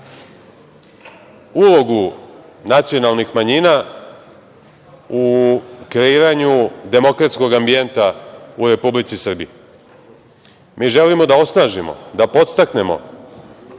ulogu nacionalnih manjina u kreiranju demokratskog ambijenta u Republici Srbiji. Mi želimo da osnažimo, da podstaknemo